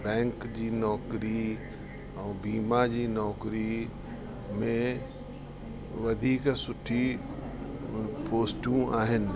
bank जी नौकिरी ऐं बीमा जी नौकिरी में वधीक सुठी पोस्टूं आहिनि